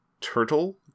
turtle